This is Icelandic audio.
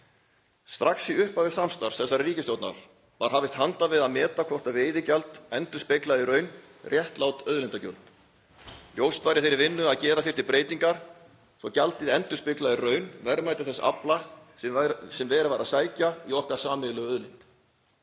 Strax í upphafi samstarfs þessarar ríkisstjórnar var hafist handa við að meta hvort veiðigjald endurspeglaði í raun réttlát auðlindagjöld. Ljóst var í þeirri vinnu að gera þyrfti breytingar svo gjaldið endurspeglaði í raun verðmæti þess afla sem verið var að sækja í okkar sameiginlegu auðlind.